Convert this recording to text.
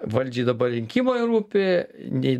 valdžiai dabar rinkimai rūpi nei